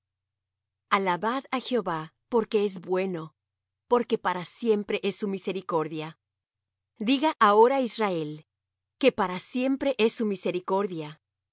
alabad á jehová porque es bueno porque para siempre es su misericordia alabad al dios de los dioses porque para siempre es su misericordia